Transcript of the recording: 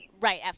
Right